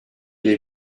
les